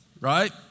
right